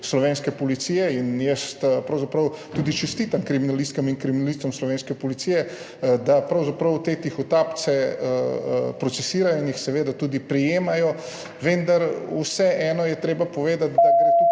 slovenske policije. In jaz pravzaprav tudi čestitam kriminalistkam in kriminalistom slovenske policije, da te tihotapce procesirajo in jih seveda tudi prijemajo. Vendar je vseeno treba povedati, da gre tukaj